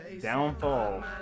Downfall